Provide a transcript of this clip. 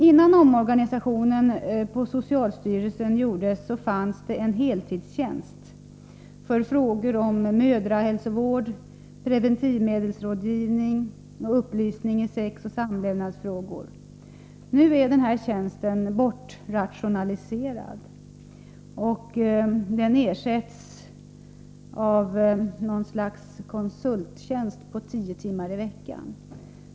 Före omorganisationen på socialstyrelsen fanns en heltidstjänst för frågor om mödrahälsovård, preventivmedelsrådgivning och upplysning i sexoch samlevnadsfrågor. Nu är denna tjänst bortrationaliserad. Den ersätts av något slags konsulttjänst tio timmar i veckan.